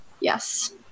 yes